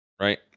Right